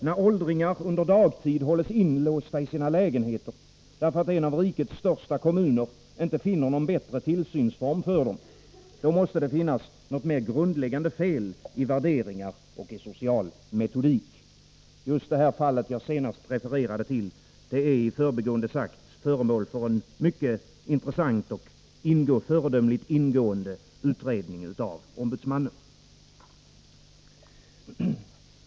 När åldringar under dagtid hålls inlåsta i sina lägenheter, därför att en av rikets största kommuner inte finner någon bättre tillsynsform för dem — då måste det finnas något mer grundläggande fel i värderingar och i social metodik. Just det fall jag senast refererat till är i förbigående sagt föremål för en mycket intressant och föredömligt ingående utredning av ombudsmannen.